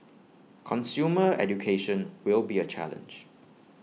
consumer education will be A challenge